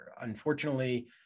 Unfortunately